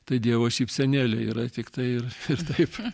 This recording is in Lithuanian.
tai dievo šypsenėlė yra tiktai ir ir taip